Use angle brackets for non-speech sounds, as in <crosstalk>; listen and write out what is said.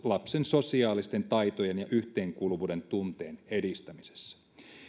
<unintelligible> lapsen sosiaalisten taitojen ja yhteenkuuluvuuden tunteen edistämisessä